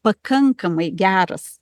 pakankamai geras